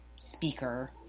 Speaker